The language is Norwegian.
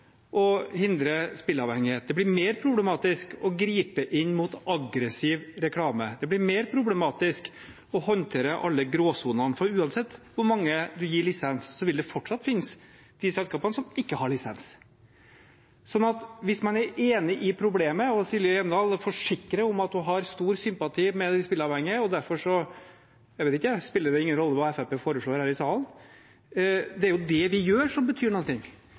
å hindre spilleavhengighet. Det blir mer problematisk å gripe inn mot aggressiv reklame. Det blir mer problematisk å håndtere alle gråsonene, for uansett hvor mange man gir lisens, vil det fortsatt finnes selskap som ikke har lisens. Så hvis man er enig i problemet, som Silje Hjemdal, som forsikrer om at hun har stor sympati med de spilleavhengige, og derfor spiller det ingen rolle hva Fremskrittspartiet foreslår her i salen – det er jo det vi gjør, som betyr